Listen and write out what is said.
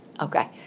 Okay